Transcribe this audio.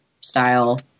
style